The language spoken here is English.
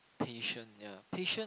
patient ya patient